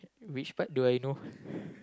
which part do I know